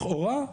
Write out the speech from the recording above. לכאורה,